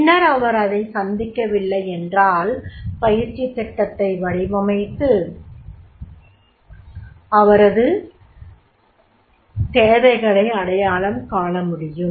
பின்னர் அவர் அதை சந்திக்கவில்லை என்றால் பயிற்சி திட்டத்தை வடிவமைத்து அவரது தேவைகளை அடையாளம் காண முடியும்